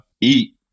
eat